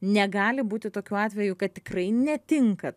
negali būti tokių atvejų kad tikrai netinka